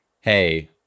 hey